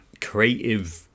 creative